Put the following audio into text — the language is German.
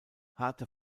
harte